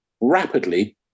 rapidly